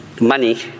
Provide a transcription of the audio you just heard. Money